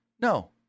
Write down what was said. no